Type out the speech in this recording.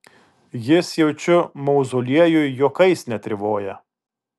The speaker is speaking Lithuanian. jis jaučiu mauzoliejuj juokais netrivoja